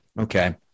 Okay